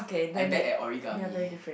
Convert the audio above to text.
I'm bad at origami